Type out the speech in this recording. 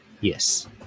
Yes